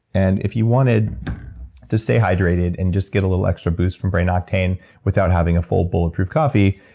and if you wanted to stay hydrated and just get a little extra boost from brain octane without having a full bulletproof coffee,